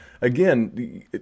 again